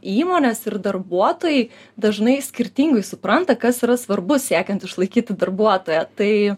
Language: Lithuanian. įmonės ir darbuotojai dažnai skirtingai supranta kas yra svarbu siekiant išlaikyti darbuotoją tai